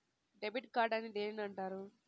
Debit card అని దేనిని అంటారు?